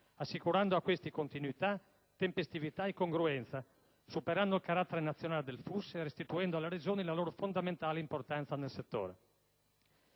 assicurando a questi continuità, tempestività e congruenza, superando il carattere nazionale del FUS e restituendo alle Regioni la loro fondamentale importanza nel settore.